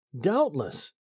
doubtless